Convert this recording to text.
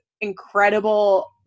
incredible